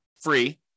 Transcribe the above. Free